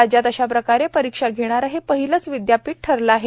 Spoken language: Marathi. राज्यात अशाप्रकारे परीक्षा घेणारे हे पहिलेच विदयापीठ ठरले आहे